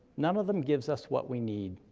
none of them gives us what we need,